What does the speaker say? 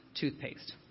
toothpaste